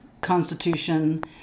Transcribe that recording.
constitution